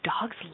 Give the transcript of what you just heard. dogs